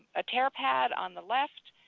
a tear pad on the left,